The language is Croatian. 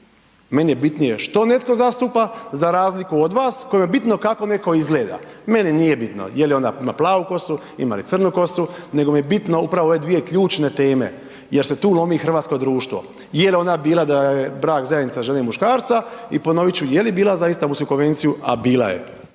meni je bitnije što netko zastupa za razliku od vas kojoj je bitno kako netko izgleda. Meni nije bitno jel ona ima plavu kosu, ima li crnu kosu nego mi je bitno upravo ove dvije ključne teme jer se tu lomi hrvatsko društvo. Je li ona bila da je brak zajednica žene i muškarca i ponovit ću je li bila za Istambulsku konvenciju, a bila je.